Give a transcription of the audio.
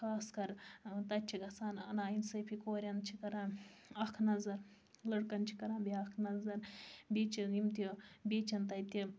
خاص کر تَتہِ چھِ گَژھان نا اِنصٲفی کوریٚن چھِ کَران اکھ نَظَر لٔڑکَن چھِ کَران بیاکھ نَظَر بیٚیہِ چھِ یِم تہِ بیٚیہِ چھَنہٕ تَتہِ